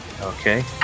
Okay